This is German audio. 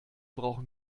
brauchen